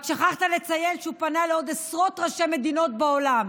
רק שכחת לציין שהוא פנה לעוד עשרות ראשי מדינות בעולם,